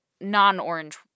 non-orange